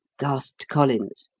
gasped collins.